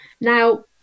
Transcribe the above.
now